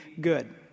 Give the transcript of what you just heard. good